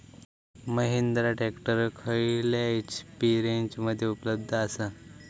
Mahindra tractor खयल्या HP रेंजमध्ये उपलब्ध आसा?